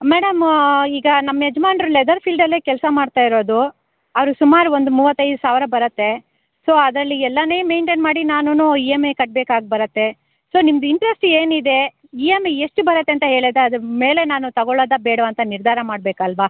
madam ಈಗ ನಮ್ಮ ಯಜಮಾನ್ರು ಲೆದರ್ ಫೀಲ್ಡ್ ಅಲ್ಲೇ ಕೆಲಸ ಮಾಡ್ತಾಯಿರೋದು ಅವ್ರಿಗೆ ಸುಮಾರು ಒಂದು ಮೂವತ್ತೈದು ಸಾವಿರ ಬರುತ್ತೆ ಸೊ ಅದರಲ್ಲಿ ಎಲ್ಲನೇ ಮೇಯ್ನ್ಟೇನ್ ಮಾಡಿ ನಾನೂ ಇ ಎಂ ಐ ಕಟ್ಬೇಕಾಗಿ ಬರುತ್ತೆ ಸೊ ನಿಮ್ದು ಇಂಟ್ರೆಸ್ಟ್ ಏನಿದೆ ಇ ಎಂ ಐ ಎಷ್ಟು ಬರುತ್ತೆ ಅಂತ ಹೇಳಿದರೆ ಅದ್ರ ಮೇಲೆ ನಾನು ತಗೊಳ್ಳೋದ ಬೇಡ್ವಾ ಅಂತ ನಿರ್ಧಾರ ಮಾಡಬೇಕಲ್ವಾ